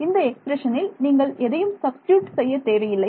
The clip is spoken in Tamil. மாணவர் இந்த எக்ஸ்பிரஷனில் நீங்கள் எதையும் சப்ஸ்டிட்யூட் செய்யத் தேவையில்லை